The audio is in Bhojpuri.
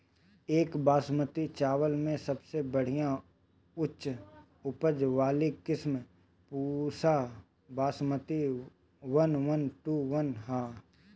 एक बासमती चावल में सबसे बढ़िया उच्च उपज वाली किस्म Pusa Basmati one one two one ह?